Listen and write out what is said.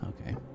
Okay